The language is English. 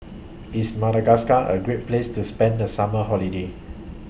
IS Madagascar A Great Place to spend The Summer Holiday